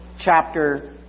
chapter